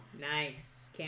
Nice